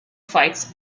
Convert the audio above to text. fights